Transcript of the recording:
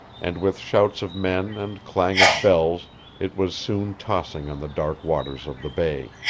and with shouts of men and clang of bells it was soon tossing on the dark waters of the bay.